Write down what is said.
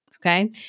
Okay